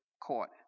court